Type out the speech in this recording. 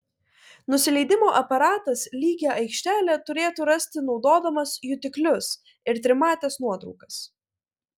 nusileidimo aparatas lygią aikštelę turėtų rasti naudodamas jutiklius ir trimates nuotraukas